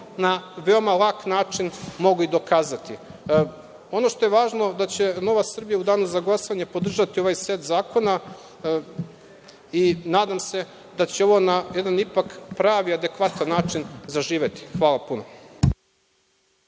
na veoma lak način mogu dokazati. Ono što je važno jeste da će Nova Srbija u danu za glasanje podržati ovaj set zakona i nadam se da će ovo ipak na jedan pravi i adekvatan način zaživeti. Hvala puno.